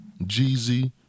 Jeezy